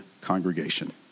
congregation